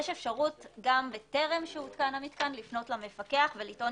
יש אפשרות גם טרם הותקן המתקן, לפנות למפקח ולטעון